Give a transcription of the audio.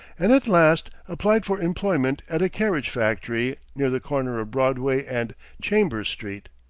and at last applied for employment at a carriage factory near the corner of broadway and chambers street.